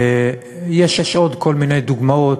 יש עוד כל מיני דוגמאות,